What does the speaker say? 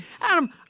Adam